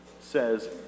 says